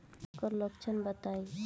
एकर लक्षण बताई?